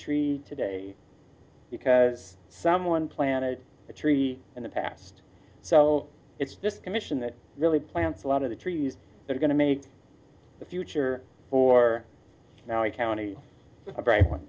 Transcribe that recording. tree today because someone planted a tree in the past so it's just commission that really plants a lot of the trees that are going to make the future for now a county a bright one